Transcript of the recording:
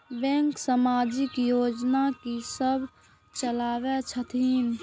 Bank समाजिक योजना की सब चलावै छथिन?